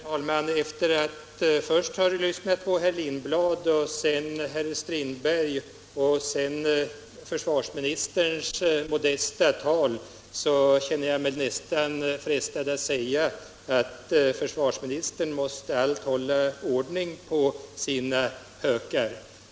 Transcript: Herr talman! Efter att först ha lyssnat på herr Lindblad och sedan på herr Strindberg och slutligen på försvarsministerns modesta tal känner jag mig frestad att säga att försvarsministern allt måste hålla ordning på sina hökar.